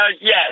Yes